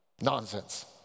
nonsense